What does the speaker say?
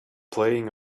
playing